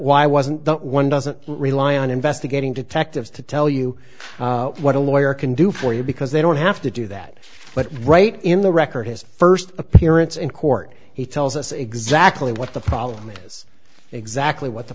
why wasn't that one doesn't rely on investigating detectives to tell you what a lawyer can do for you because they don't have to do that but right in the record his first appearance in court he tells us exactly what the problem is exactly what the